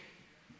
גושי התיישבות.